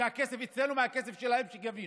הכסף אצלנו, זה מהכסף שלהם שגבינו.